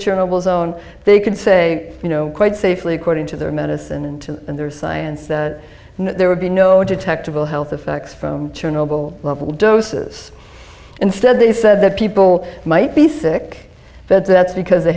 zone they can say you know quite safely according to their medicine and to their science that there would be no detectable health effects from chernobyl level doses instead they said that people might be sick bed that's because they